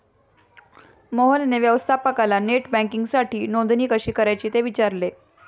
मोहनने व्यवस्थापकाला नेट बँकिंगसाठी नोंदणी कशी करायची ते विचारले